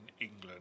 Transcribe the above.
England